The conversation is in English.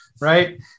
right